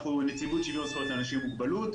אנחנו נציבות שוויון זכויות לאנשים עם מוגבלות.